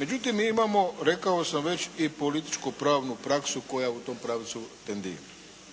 Međutim mi imamo rekao sam već i političko-pravnu praksu koja u tom pravcu tendira.